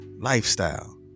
lifestyle